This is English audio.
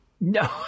No